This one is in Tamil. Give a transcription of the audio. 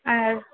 ஆ